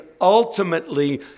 ultimately